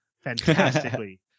Fantastically